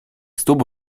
stóp